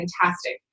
fantastic